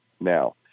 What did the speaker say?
now